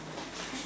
check